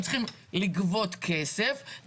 הם צריכים לגבות כסף,